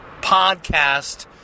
podcast